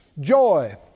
joy